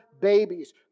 babies